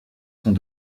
sont